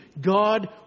God